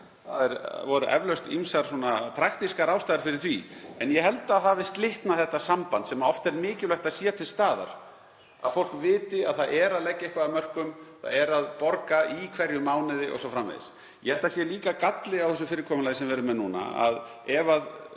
Það voru eflaust ýmsar praktískar ástæður fyrir því en ég held að það hafi slitnað þetta samband sem oft er mikilvægt að sé til staðar, að fólk viti að það sé að leggja eitthvað af mörkum, borga í hverjum mánuði o.s.frv. Ég held að það sé líka galli á þessu fyrirkomulagi sem við erum með núna. Ef